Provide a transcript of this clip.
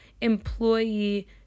employee